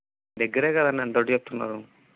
దగ్గర కదండి అంత రేటు చెప్తున్నారు